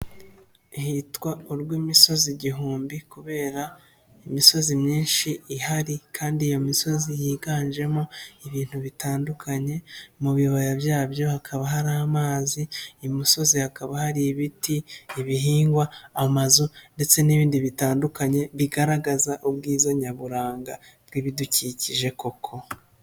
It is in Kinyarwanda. Hitwa urw'imisozi igihumbi kubera imisozi myinshi ihari kandi iyo misozi yiganjemo ibintu bitandukanye, mu bibaya byabyo hakaba hari amazi imusozi hakaba hari ibiti, ibihingwa, amazu ndetse n'ibindi bitandukanye bigaragaza ubwiza nyaburanga bw'ibidukikije koko.